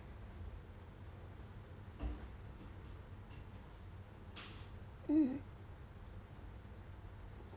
mm